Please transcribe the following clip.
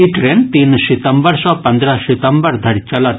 ई train तीन सितम्बर सँ पन्द्रह सितम्बर धरि चलत